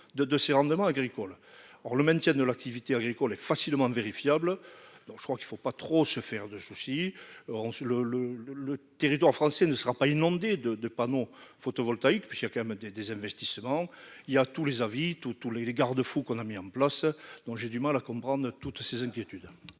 de ses rendements agricoles, or le maintien de l'activité agricole est facilement vérifiable, donc je crois qu'il ne faut pas trop se faire de soucis, on le le le le territoire français ne sera pas inondé de de panneaux photovoltaïques, puisqu'il y a quand même des des investissements, il y a tous les avis tous tous les les garde-fous qu'on a mis en place, donc j'ai du mal à comprendre toutes ces inquiétudes.